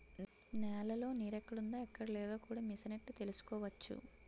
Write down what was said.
నేలలో నీరెక్కడుందో ఎక్కడలేదో కూడా మిసనెట్టి తెలుసుకోవచ్చు